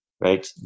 right